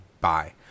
Bye